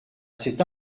cet